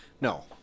No